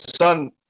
son